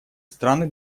страны